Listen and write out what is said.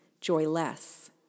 joyless